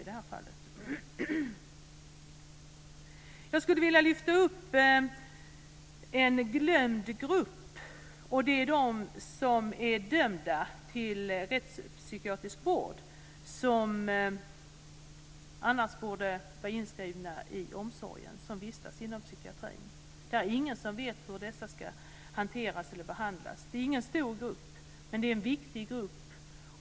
Jag skulle också vilja lyfta upp en glömd grupp. Det är de som är dömda till rättspsykiatrisk vård och som annars borde vara inskrivna i omsorgen och vistas inom psykiatrin. Det är ingen som vet hur dessa ska hanteras och behandlas. Det är inte någon stor grupp. Men det är en viktig grupp.